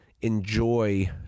enjoy